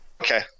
Okay